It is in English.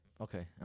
Okay